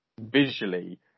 visually